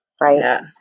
right